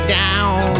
down